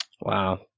Wow